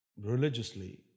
religiously